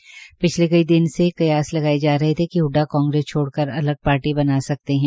दरअसल पिछले कई दिन से कयास लगाए जा रहे थे कि हडडा कांग्रेस छोड़कर अलग पार्टी बना सकते है